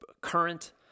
current